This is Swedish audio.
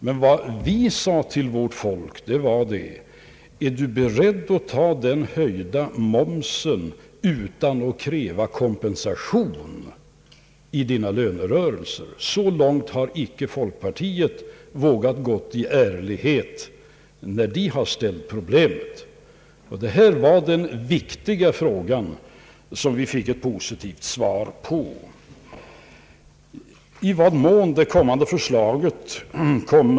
Men vad vi sade till vårt folk var: Är du beredd att ta den höjda momsen utan att kräva kompensation i dina lönerörelser? Så långt har icke folkpartiet vågat gå i ärlighet när man har framställt problemet. Detta var den viktiga frågan som vi fick ett positivt svar på.